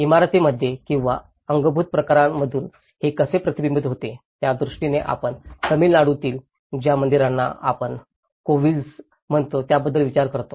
इमारतींमध्ये किंवा अंगभूत प्रकारांमधून हे कसे प्रतिबिंबित होते त्या दृष्टीने आपण तामिळनाडूतील ज्या मंदिरांना आपण कोविल्स म्हणतो त्याबद्दल विचार करतो